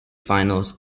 finals